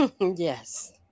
Yes